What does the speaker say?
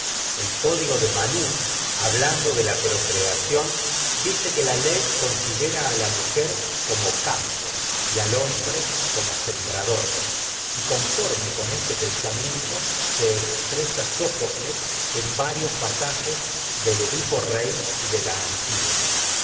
el código de hablando de la procreación dice que la ley considera a la mujer como campo y al como hombre sembrador expresa y y conforme en con este pensamiento jes del edipo si la se sófocles varios pasa rey de la antígona